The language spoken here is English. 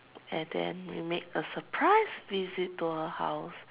and then we made a surprise visit to her house